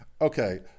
Okay